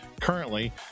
currently